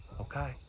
Okay